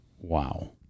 Wow